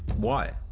why?